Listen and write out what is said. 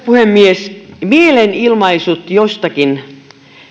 puhemies mielenilmaisut jostakin